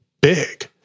big